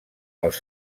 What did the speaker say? els